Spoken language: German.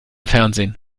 fernsehen